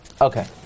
Okay